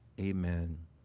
Amen